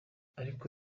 ariko